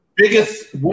Biggest